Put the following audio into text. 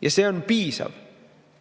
ja see on piisav.